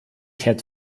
had